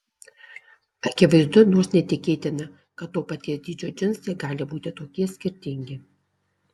akivaizdu nors neįtikėtina kad to paties dydžio džinsai gali būti tokie skirtingi